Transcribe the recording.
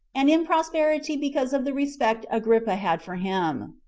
and in prosperity because of the respect agrippa had for him.